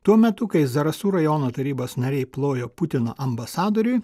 tuo metu kai zarasų rajono tarybos nariai plojo putino ambasadoriui